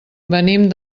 venim